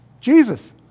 Jesus